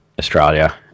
Australia